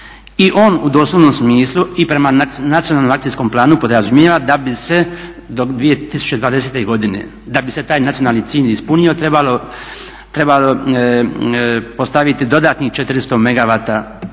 i on u doslovnom smislu i prema nacionalnom akcijskom planu podrazumijeva da bi se do 2020.godine da bi se taj nacionalni cilj ispunio trebalo postaviti dodatnih 400 megavata